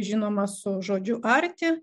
žinoma su žodžiu arti